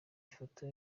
ifoto